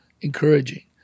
encouraging